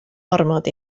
ormod